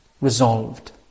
Resolved